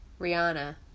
Rihanna